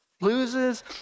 loses